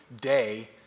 day